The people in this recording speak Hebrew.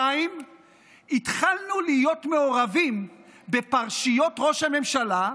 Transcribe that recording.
2. התחלנו להיות מעורבים בפרשיות ראש הממשלה,